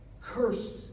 Cursed